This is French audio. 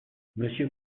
monsieur